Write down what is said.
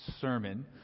sermon